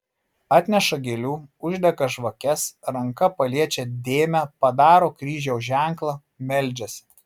atneša gėlių uždega žvakes ranka paliečią dėmę padaro kryžiaus ženklą meldžiasi